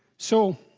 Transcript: so